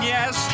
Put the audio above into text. Yes